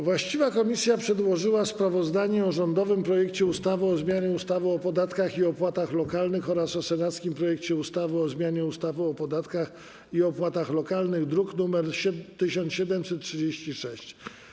Właściwe komisje przedłożyły sprawozdanie o rządowym projekcie ustawy o zmianie ustawy o podatkach i opłatach lokalnych oraz o senackim projekcie ustawy o zmianie ustawy o podatkach i opłatach lokalnych, druk nr 1736.